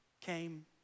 came